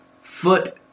foot